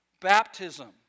Baptism